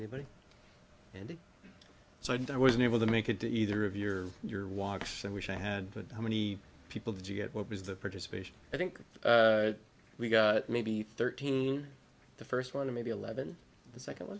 anybody and so i did i was unable to make it to either of your your walks and which i had to how many people did you get what was the participation i think we got maybe thirteen the first one to maybe eleven the second one